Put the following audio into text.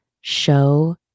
show